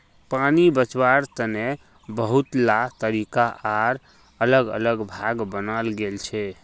पानी बचवार तने बहुतला तरीका आर अलग अलग भाग बनाल गेल छे